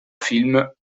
film